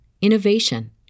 innovation